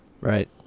right